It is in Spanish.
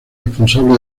responsable